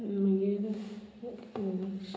मागीर